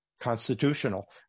constitutional